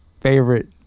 favorite